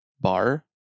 bar